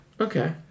Okay